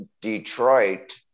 detroit